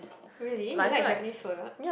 really you like Japanese food a lot